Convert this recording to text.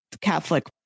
Catholic